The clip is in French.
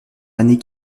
années